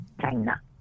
China